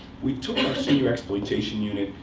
we took our senior exploitation unit,